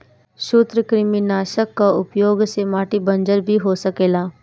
सूत्रकृमिनाशक कअ उपयोग से माटी बंजर भी हो सकेला